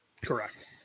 Correct